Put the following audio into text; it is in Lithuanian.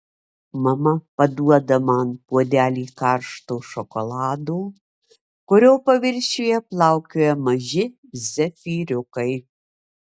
mama paduoda man puodelį karšto šokolado kurio paviršiuje plaukioja maži zefyriukai